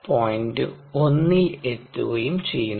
1 ൽ എത്തുകയും ചെയ്യുന്നു